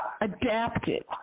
adapted